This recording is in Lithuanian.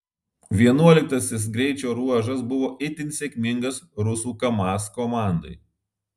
vienuoliktasis greičio ruožas buvo itin sėkmingas rusų kamaz komandai